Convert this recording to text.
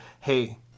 hey